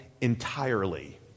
entirely